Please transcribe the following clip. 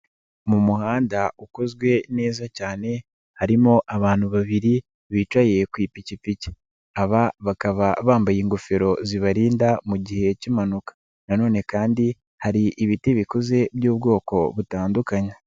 Mu muhanda ukozwe neza cyane harimo abantu babiri bicaye ku ipikipiki, aba bakaba bambaye ingofero zibarinda mu gihe k'impanuka nanone kandi hari ibiti bikuze by'ubwoko butandukanye.